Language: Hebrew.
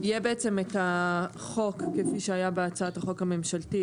יהיה בעצם את החוק כפי שהיה בהצעת החוק הממשלתית,